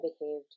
behaved